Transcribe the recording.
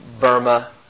Burma